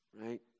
right